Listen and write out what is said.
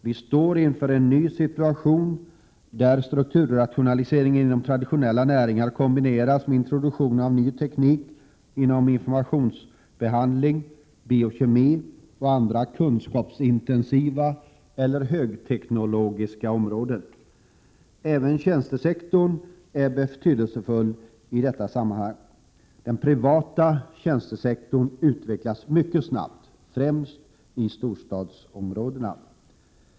Vi står inför en ny situation där strukturrationaliseringen inom traditionella näringar kombineras med introduktionen av ny teknik inom informationsbehandling, biokemi och andra ”kunskapsintensiva” eller ”högteknologiska” områden. Även tjänstesektorn är betydelsefull i detta sammanhang. Den privata tjänstesektorn utvecklas mycket snabbt, främst i storstadsområdena.